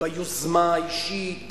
ביוזמה האישית,